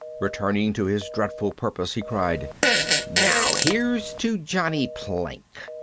returning to his dreadful purpose he cried now here's to johnny plank!